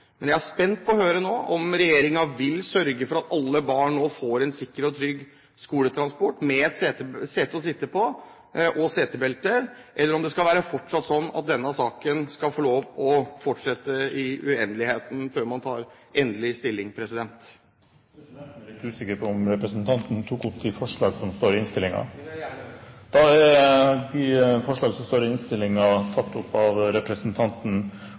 Men jeg er nå spent på å høre om regjeringen vil sørge for at alle barn nå får en trygg og sikker skoletransport, med et sete å sitte på og setebelter, eller om det fortsatt skal være sånn at denne saken får lov til å fortsette i uendeligheten, før man tar endelig stilling. Presidenten er litt usikker på om representanten tok opp de forslagene som står i innstillingen. Det vil jeg gjerne gjøre. Da er forslagene i innstillingen tatt opp av representanten